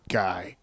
guy